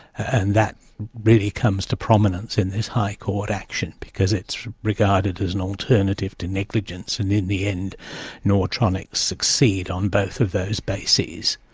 and that really comes to prominence in this high court action, because it's regarded as an alternative to negligence, and in the end nautronix succeed on both of those bases.